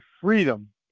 freedom